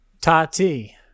Tati